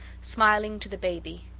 smiling to the baby,